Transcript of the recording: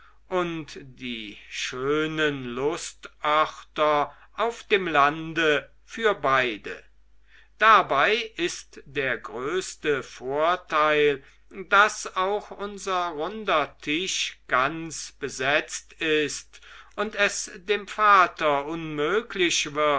und die schönen lustörter auf dem lande für beide dabei ist der größte vorteil daß auch unser runder tisch ganz besetzt ist und es dem vater unmöglich wird